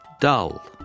dull